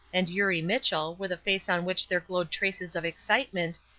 and eurie mitchell, with a face on which there glowed traces of excitement,